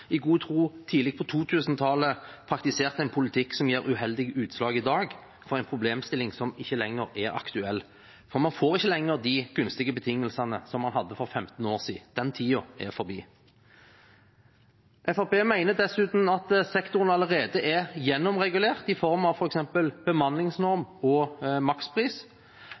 i god tro tidlig på 2000-tallet praktiserte en politikk som gir uheldige utslag i dag, for en problemstilling som ikke lenger er aktuell. For man får ikke lenger de gunstige betingelsene som man hadde for 15 år siden. Den tiden er forbi. Fremskrittspartiet mener dessuten at sektoren allerede er gjennomregulert i form av f.eks. bemanningsnorm og makspris.